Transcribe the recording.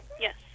Yes